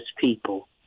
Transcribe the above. people